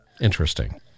Interesting